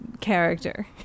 character